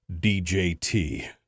DJT